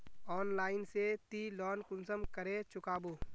Online से ती loan कुंसम करे चुकाबो?